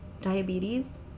diabetes